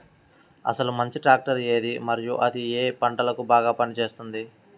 అసలు మంచి ట్రాక్టర్ ఏది మరియు అది ఏ ఏ పంటలకు బాగా పని చేస్తుంది?